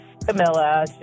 camilla